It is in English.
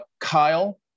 kyle